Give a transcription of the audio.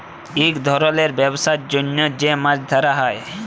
ইক ধরলের ব্যবসার জ্যনহ যে মাছ ধ্যরা হ্যয়